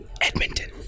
Edmonton